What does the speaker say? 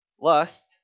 lust